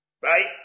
Right